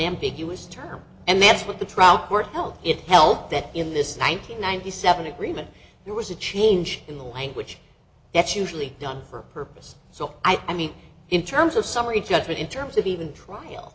ambiguous term and that's what the trial court held it helped that in this ninety eight ninety seven agreement there was a change in the language that's usually done for a purpose so i mean in terms of summary judgment in terms of even trial